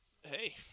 Hey